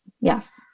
Yes